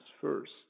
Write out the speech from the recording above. first